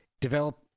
develop